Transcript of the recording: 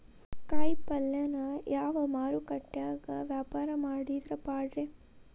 ಕಾಯಿಪಲ್ಯನ ಯಾವ ಮಾರುಕಟ್ಯಾಗ ವ್ಯಾಪಾರ ಮಾಡಿದ್ರ ಪಾಡ್ರೇ?